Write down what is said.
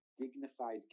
dignified